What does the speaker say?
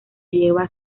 lleva